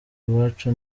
iwacu